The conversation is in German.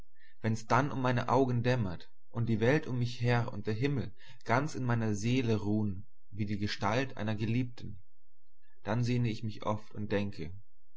wenn's dann um meine augen dämmert und die welt um mich her und der himmel ganz in meiner seele ruhn wie die gestalt einer geliebten dann sehne ich mich oft und denke